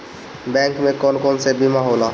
Bank में कौन कौन से बीमा होला?